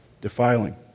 defiling